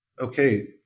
okay